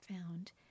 found